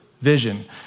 vision